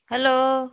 hello